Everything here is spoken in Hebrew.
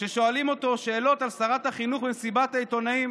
כששואלים אותו שאלות על שרת החינוך במסיבת עיתונאים,